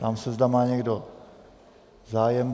Ptám se, zda má někdo zájem.